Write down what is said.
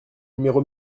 numéro